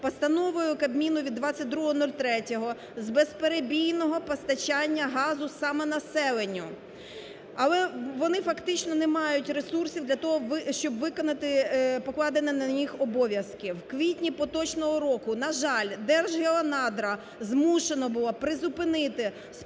постановою Кабміну від 22.03 з безперебійного постачання газу саме населенню. Але вони фактично не мають ресурсів для того, щоб виконати покладені на них обв'язки. В квітні поточного року, на жаль, Держгеонадра змушене було призупинити спецдозволи